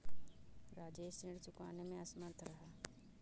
राजेश ऋण चुकाने में असमर्थ रहा